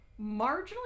marginally